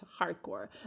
Hardcore